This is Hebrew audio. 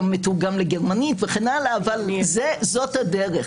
גם מתורגם לגרמנית וכן הלאה, אבל זאת הדרך.